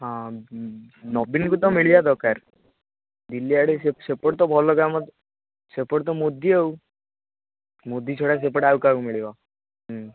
ହଁ ନବୀନକୁ ତ ମିଳିବା ଦରକାର ଦିଲ୍ଲୀ ଆଡ଼େ ସେପଟେ ଭଲ କାମ ସେପଟେ ତ ମୋଦୀ ଆଉ ମୋଦୀ ଛଡ଼ା ସେପଟେ ଆଉ କାହାକୁ ମିଳିବ